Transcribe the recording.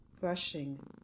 brushing